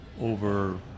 over